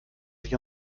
sich